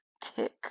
tick